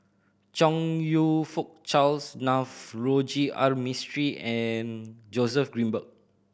Chong You Fook Charles Navroji R Mistri and Joseph Grimberg